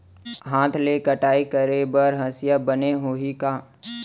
हाथ ले कटाई करे बर हसिया बने होही का?